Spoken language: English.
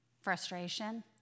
Frustration